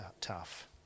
tough